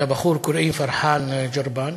לבחור קוראים פרחאן ג'ורבאן,